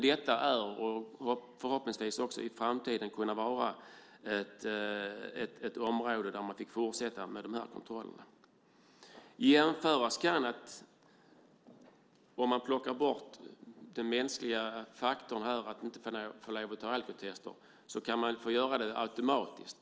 Detta är och borde förhoppningsvis också i framtiden kunna vara ett område där man fick fortsätta med dessa kontroller. Om man plockar bort den mänskliga faktorn här och inte får lov att ta alkotester kan man få göra det automatiskt.